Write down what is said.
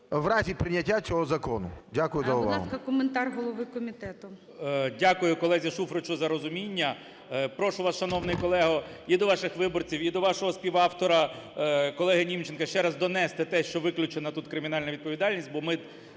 в разі прийняття цього закону. Дякую за увагу.